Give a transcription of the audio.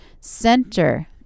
center